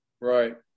Right